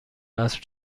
اسب